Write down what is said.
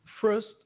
first